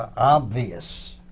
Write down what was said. obvious.